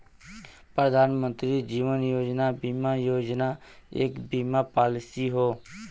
प्रधानमंत्री जीवन ज्योति बीमा योजना एक बीमा पॉलिसी हौ